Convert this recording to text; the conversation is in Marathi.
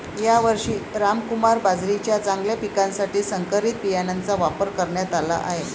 यावर्षी रामकुमार बाजरीच्या चांगल्या पिकासाठी संकरित बियाणांचा वापर करण्यात आला आहे